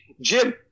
Jim